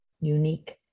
unique